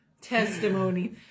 testimony